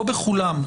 לא בכולם,